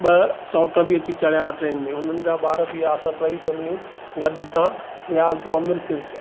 ॿ सौट बि अची चढ़िया ट्रेन में उन्हनि जा ॿार बि असां टई फमिलियूं गॾु हितां वियासीं पोइ अमृतसर